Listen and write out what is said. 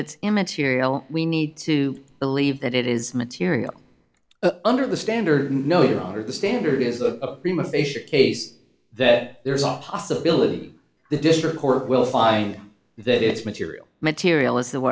it's immaterial we need to believe that it is material under the standard no your honor the standard is a prima facia case that there's a possibility the district court will find that it's material material